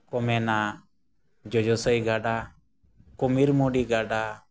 ᱠᱚ ᱢᱮᱱᱟ ᱡᱚᱡᱚᱥᱟᱹᱭ ᱜᱟᱰᱟ ᱠᱩᱢᱤᱨ ᱢᱩᱲᱤ ᱜᱟᱰᱟ